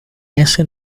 ese